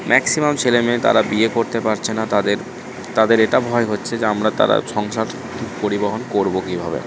maximum ছেলে মেয়ে তারা বিয়ে করতে পারছে না তাদের তাদের এটা ভয় হচ্ছে যে আমরা তারা সংসার পরিবহন করবো কীভাবে